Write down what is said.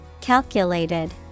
Calculated